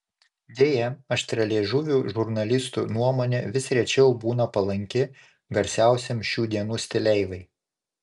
deja aštrialiežuvių žurnalistų nuomonė vis rečiau būna palanki garsiausiam šių dienų stileivai